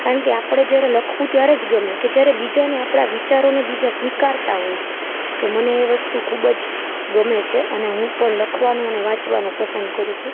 કારણકે આપણે જયારે લખવું ત્યારે જ ગમે જ કે જયારે બીજાને આપણા વિચારોને બીજા સ્વીકારતા હોય તો મને એ વસ્તુ ખૂબ જ ગમે છે અને હું પણ લખવાનું અને વાંચવાનું પસંદ કરું છું